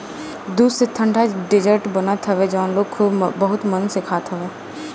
दूध से ठंडा डेजर्ट बनत हवे जवन लोग बहुते मन से खात हवे